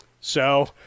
So-